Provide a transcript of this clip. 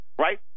Right